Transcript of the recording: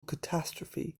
catastrophe